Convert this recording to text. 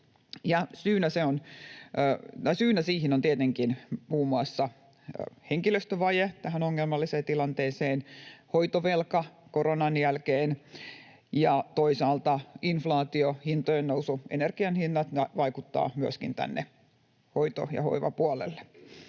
tilanteeseen ovat tietenkin muun muassa henkilöstövaje ja hoitovelka koronan jälkeen, ja toisaalta inflaatio, hintojen nousu ja energian hinnat vaikuttavat myöskin tänne hoito‑ ja hoivapuolelle.